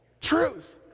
truth